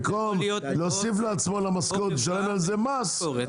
במקום להוסיף לעצמו למשכורת ולשלם על זה מס,